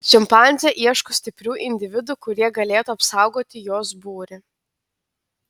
šimpanzė ieško stiprių individų kurie galėtų apsaugoti jos būrį